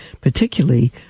particularly